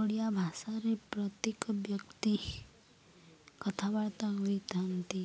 ଓଡ଼ିଆ ଭାଷାରେ ପ୍ରତ୍ୟେକ ବ୍ୟକ୍ତି କଥାବାର୍ତ୍ତା ହୋଇଥାନ୍ତି